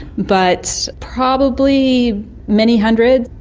but probably many hundreds,